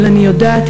אבל אני יודעת,